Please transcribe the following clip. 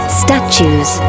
statues